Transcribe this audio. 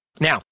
Now